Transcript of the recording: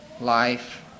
life